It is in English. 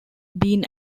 been